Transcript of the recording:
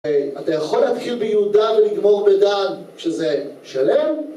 אתה יכול להתחיל ביהודה ולגמור בדן כשזה שלם?